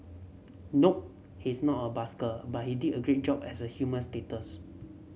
nope he's not a busker but he did a great job as a human status